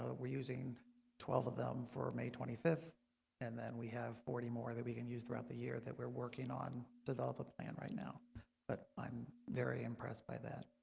we're using twelve of them for may twenty fifth and then we have forty more that we can use throughout the year that working on developing a plan right now but i'm very impressed by that.